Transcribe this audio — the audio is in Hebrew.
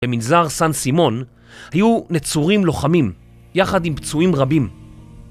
במנזר סן סימון היו נצורים לוחמים, יחד עם פצועים רבים.